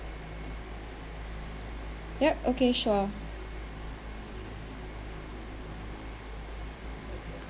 yup okay sure